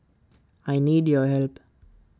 I need your help